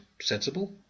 sensible